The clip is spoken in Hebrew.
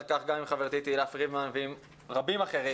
כך גם עם חברתי תהלה פרידמן ועם רבים אחרים.